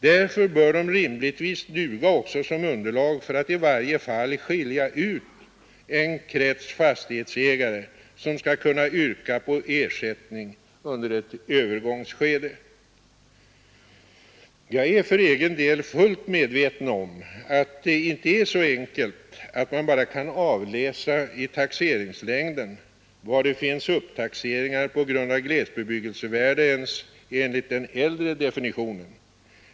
Därför bör de rimligtvis duga också M j rr kd äv a i ling och hushållning som underlag för att i varje fall skilja ut en krets fastighetsägare som skall Atea är med mark och vatkunna yrka på ersättning under ett övergångsskede. Jag är för egen del fullt medveten om att det inte är så enkelt att man GG bara kan avläsa i taxeringslängden var det finns upptaxeringar på grund av glesbebyggelsevärde ens enligt den äldre definitionen.